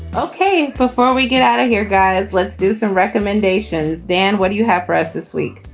ok, before we get out of here, guys, let's do some recommendations then what do you have for us this week?